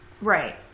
Right